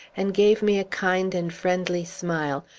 and gave me a kind and friendly smile,